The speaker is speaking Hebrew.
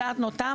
מדדנו אותו,